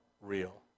real